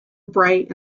bright